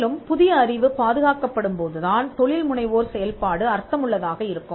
மேலும் புதிய அறிவு பாதுகாக்கப்படும் போதுதான் தொழில்முனைவோர் செயல்பாடு அர்த்தமுள்ளதாக இருக்கும்